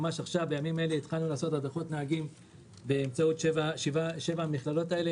ממש בימים אלה התחלנו לעשות הדרכות נהגים באמצעות שבע המכללות הללו,